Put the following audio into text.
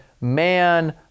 man